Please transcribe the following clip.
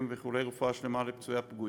ואיחולי רפואה שלמה לפצועים ולנפגעים.